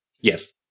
Yes